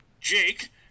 Jake